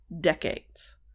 decades